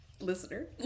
Listener